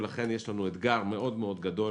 ולכן יש לנו אתגר מאוד גדול